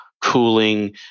cooling